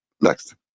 next